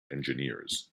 engineers